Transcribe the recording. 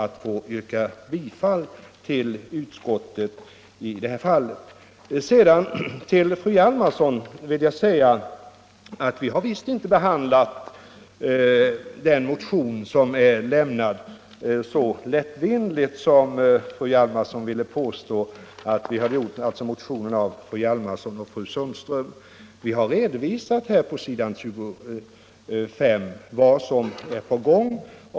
Till fru Hjalmarsson vill jag säga att vi har visst inte behandlat motionen av fru Hjalmarsson och fru Sundström så lättvindigt som fru Hjalmarsson påstår. Vi har på s. 25 i utskottsbetänkandet redovisat vad som är på gång.